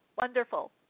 wonderful